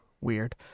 weird